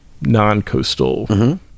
non-coastal